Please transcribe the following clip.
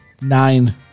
nine